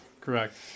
Correct